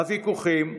הוויכוחים,